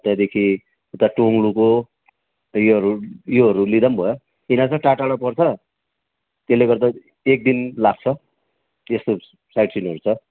त्यहाँदेखि उता टोङ्लुको योहरू योहरू लिँदा नि भयो यिनीहरू टा टाढो पर्छ त्यसले गर्दा एकदिन लाग्छ यसको साइड सिन छ